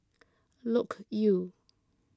Loke Yew